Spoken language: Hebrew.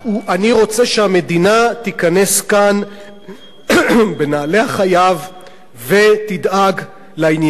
אני רוצה שהמדינה תיכנס כאן בנעלי החייב ותדאג לעניין.